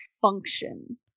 function